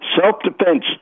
self-defense